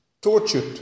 Tortured